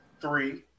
Three